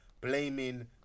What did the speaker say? blaming